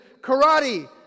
karate